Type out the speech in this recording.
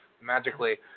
magically